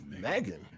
Megan